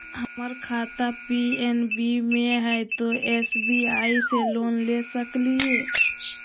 हमर खाता पी.एन.बी मे हय, तो एस.बी.आई से लोन ले सकलिए?